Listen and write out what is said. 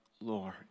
Lord